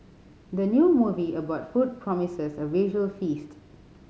the new movie about food promises a visual feast